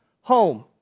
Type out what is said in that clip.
home